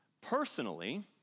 Personally